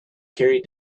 carried